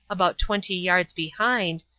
about twenty yards behind,